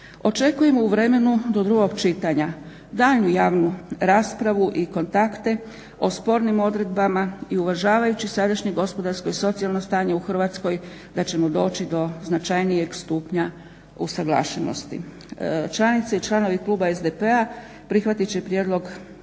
Očekujemo u vremenu do drugog čitanja daljnju javnu raspravu i kontakte o spornim odredbama i uvažavajući sadašnje gospodarsko i socijalno stanje u Hrvatskoj da ćemo doći do značajnijeg stupnja usuglašenosti. Članice i članovi kluba SDP-a prihvatit će prijedlog